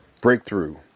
Breakthrough